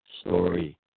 story